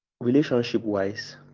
relationship-wise